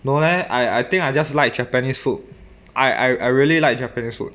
no leh I I think I just like japanese food I I really like japanese food